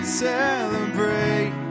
celebrate